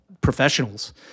professionals